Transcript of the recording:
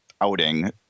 outing